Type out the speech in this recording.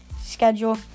schedule